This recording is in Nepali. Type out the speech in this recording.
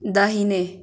दाहिने